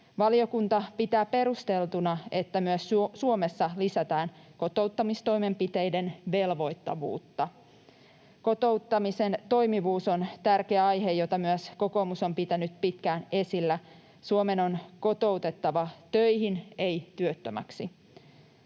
Valiokunta pitää perusteltuna, että myös Suomessa lisätään kotouttamistoimenpiteiden velvoittavuutta. Kotouttamisen toimivuus on tärkeä aihe, jota myös kokoomus on pitänyt pitkään esillä. Suomen on kotoutettava töihin, ei työttömäksi.